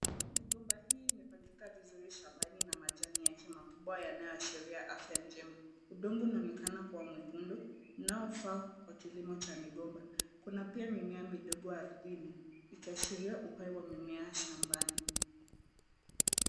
Migomba hii imepangika vizuri shambani na majani yake makubwa yanaashiria afya njema. Udongo unaonekana kuwa mwekundu unaofaa kwa kilimo cha migomba. Kuna pia mimea midogo ardhini ikiashiria uhai wa mimea shambani.